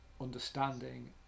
understanding